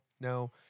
no